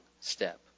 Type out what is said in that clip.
step